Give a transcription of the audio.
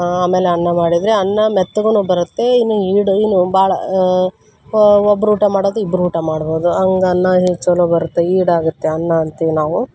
ಆಮೇಲೆ ಅನ್ನ ಮಾಡಿದರೆ ಅನ್ನ ಮೆತ್ತಗೂನು ಬರುತ್ತೆ ಇನ್ನೂ ಈಡು ಇನ್ನೂ ಭಾಳ ಒಬ್ರು ಊಟ ಮಾಡೋದು ಇಬ್ರು ಊಟ ಮಾಡ್ಬೋದು ಹಂಗ್ ಅನ್ನ ಹಿಂಗೆ ಛಲೋ ಬರುತ್ತೆ ಈಡಾಗುತ್ತೆ ಅನ್ನ ಅಂತೀವಿ ನಾವು